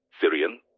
Syrian